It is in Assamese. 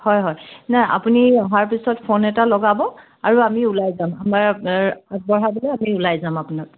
হয় হয় না আপুনি অহাৰ পিছত ফোন এটা লগাব আৰু আমি ওলাই যাম আমাৰ আগবঢ়াবলৈ আমি ওলাই যাম আপোনাক